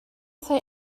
say